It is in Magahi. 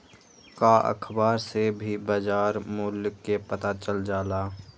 का अखबार से भी बजार मूल्य के पता चल जाला?